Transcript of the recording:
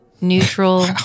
neutral